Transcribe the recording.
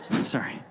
sorry